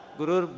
guru